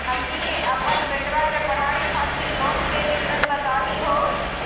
हमनी के अपन बेटवा के पढाई खातीर लोन के विवरण बताही हो?